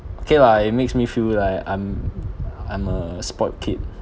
okay lah it makes me feel like I'm I'm a spoiled kid